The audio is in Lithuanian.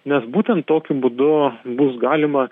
nes būtent tokiu būdu bus galima